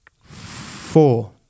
Four